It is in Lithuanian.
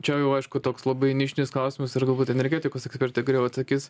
čia jau aišku toks labai nišinis klausimas ir galbūt energetikos ekspertai geriau atsakys